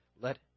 let